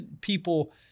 people